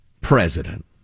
president